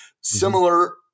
similar